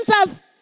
answers